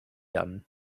done